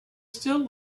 still